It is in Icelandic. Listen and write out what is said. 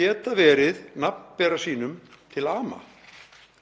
geta verið nafnbera sínum til ama.